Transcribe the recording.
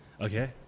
Okay